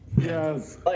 Yes